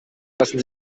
lassen